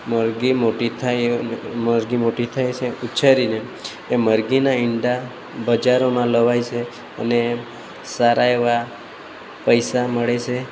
મરઘી મોટી થાય મરઘી મોટી થાય છે ઉછેરીને એ મરઘીનાં ઈંડા બજારોમાં લવાય છે અને સારા એવા પૈસા મળે છે